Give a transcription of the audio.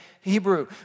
Hebrew